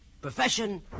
Profession